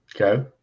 Okay